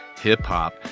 hip-hop